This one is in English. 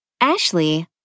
Ashley